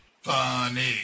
Funny